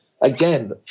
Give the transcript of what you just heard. again